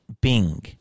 bing